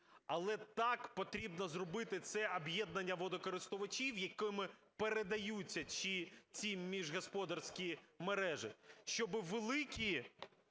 Але так потрібно зробити це об'єднання водокористувачів, якими передаються чи ці міжгосподарські мережі, щоби великі